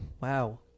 Wow